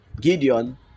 Gideon